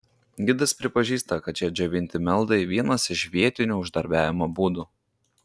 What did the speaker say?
gidas pripažįsta kad šie džiovinti meldai vienas iš vietinių uždarbiavimo būdų